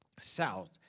south